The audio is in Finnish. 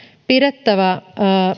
pidettävä